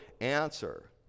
answer